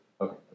Okay